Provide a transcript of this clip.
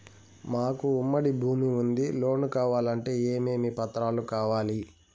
మాకు ఉమ్మడి భూమి ఉంది లోను కావాలంటే ఏమేమి పత్రాలు కావాలి?